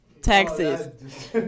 taxes